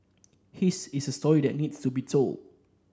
his is a story that needs to be told